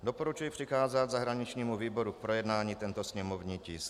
Doporučuji přikázat zahraničnímu výboru k projednání tento sněmovní tisk.